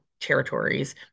territories